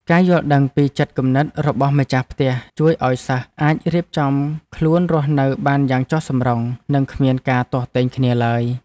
ការយល់ដឹងពីចិត្តគំនិតរបស់ម្ចាស់ផ្ទះជួយឱ្យសិស្សអាចរៀបចំខ្លួនរស់នៅបានយ៉ាងចុះសម្រុងនិងគ្មានការទាស់ទែងគ្នាឡើយ។